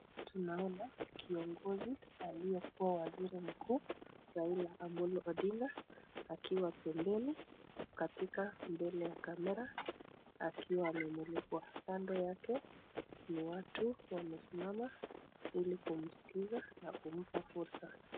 Tunaona kiongozi aliyekuwa waziri mkuu, Raila Amolo Odinga akiwa pembeni katika mbele ya kamera akiwa amemulikwa. Kando yake ni watu wamesimama ili kumsikiza na kumpa fursa.